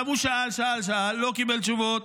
הוא שאל, שאל, שאל, ולא קיבל תשובות.